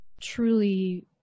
truly